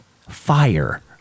Fire